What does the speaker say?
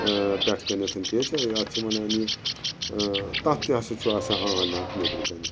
پٮ۪ٹھٕ کَنٮ۪تھ کیٛاہ چھِ اَتھ چھِ وَنان یہِ تَتھ تہِ ہَسا چھُ آسان آن آف نٮ۪برٕ کَنٮ۪تھ